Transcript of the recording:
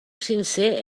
sincer